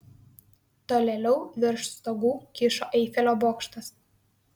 tolėliau virš stogų kyšo eifelio bokštas